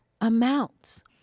amounts